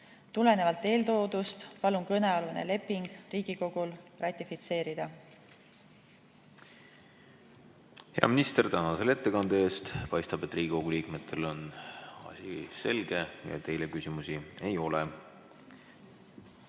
Tulenevalt eeltoodust palun kõnealune leping Riigikogul ratifitseerida. Hea minister, tänan selle ettekande eest! Paistab, et Riigikogu liikmetel on asi selge ja teile küsimusi ei ole.